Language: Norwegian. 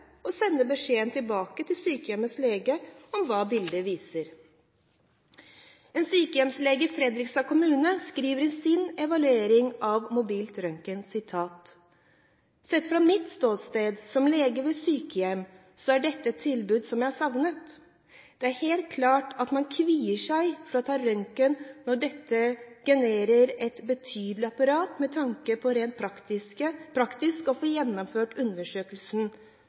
og sender beskjed tilbake til sykehjemmets lege om hva bildet viser. En sykehjemslege i Fredrikstad kommune skriver i sin evaluering av mobil røntgen: Sett fra mitt ståsted som lege ved sykehjem er dette et tilbud jeg har savnet. Det er helt klart at man kvier seg for å ta røntgen når dette genererer et betydelig apparat med tanke på rent praktisk å få gjennomført undersøkelsen,